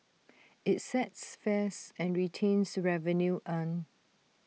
IT sets fares and retains revenue earned